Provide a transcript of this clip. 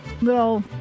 little